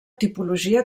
tipologia